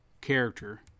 character